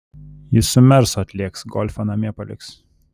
jis su mersu atlėks golfą namie paliks